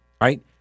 right